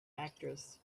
actress